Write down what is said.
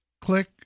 Click